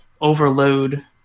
overload